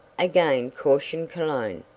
again cautioned cologne.